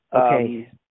Okay